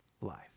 life